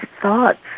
thoughts